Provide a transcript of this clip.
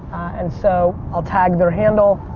and so, i'll tag their handle.